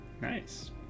Nice